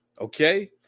okay